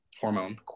hormone